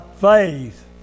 faith